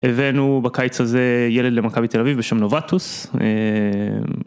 הבאנו בקיץ הזה ילד למכבי תל אביב בשם נובטוס.